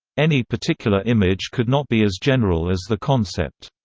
any particular image could not be as general as the concept.